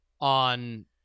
on